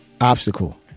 obstacle